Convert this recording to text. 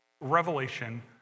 revelation